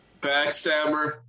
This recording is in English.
backstabber